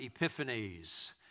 epiphanies